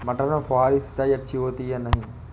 मटर में फुहरी सिंचाई अच्छी होती है या नहीं?